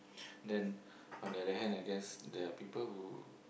then on the other hand I guess there are people who